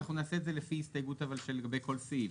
אנחנו נעשה את זה לפי הסתייגות לגבי כל סעיף.